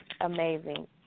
amazing